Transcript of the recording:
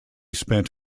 spent